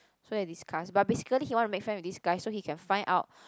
so they discuss but basically he want to make friend with this guy so he can find out